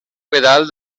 pedal